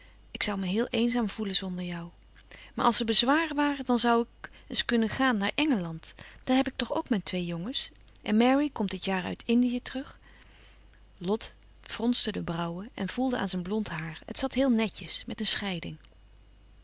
ik zal me heel eenzaam voelen zonder jou maar als er bezwaren waren dan zoû ik eens kunnen gaan naar engeland daar heb ik toch ook mijn twee jongens en mary komt dit jaar uit indië terug lot fronste de brauwen en voelde aan zijn blond haar het zat heel netjes met een scheiding